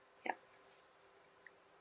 ya